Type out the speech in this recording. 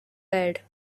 bed